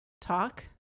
talk